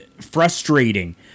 frustrating